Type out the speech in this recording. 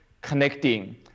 connecting